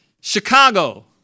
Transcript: Chicago